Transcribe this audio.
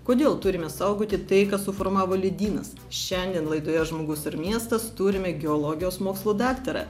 kodėl turime saugoti tai ką suformavo ledynas šiandien laidoje žmogus ir miestas turime geologijos mokslų daktarą